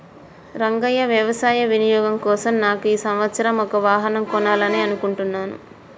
రంగయ్య వ్యవసాయ వినియోగం కోసం నాకు ఈ సంవత్సరం ఒక వాహనం కొనాలని అనుకుంటున్నాను